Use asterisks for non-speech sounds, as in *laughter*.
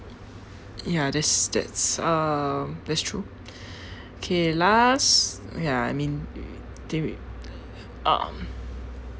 ya that's that's um that's true *breath* okay last ya I mean I think we um